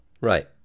Right